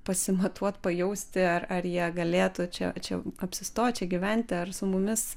pasimatuot pajausti ar ar jie galėtų čia čia apsistot čia gyventi ar su mumis